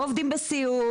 לא עובדים בסיעוד,